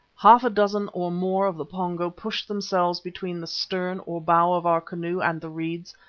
half a dozen or more of the pongo pushed themselves between the stern or bow of our canoe and the reeds,